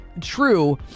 True